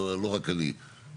לא רק אני.